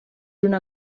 una